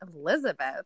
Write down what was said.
Elizabeth